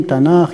תנ"ך,